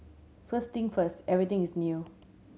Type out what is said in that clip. first thing first everything is new